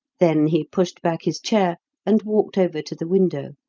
then he pushed back his chair and walked over to the window,